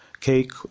Cake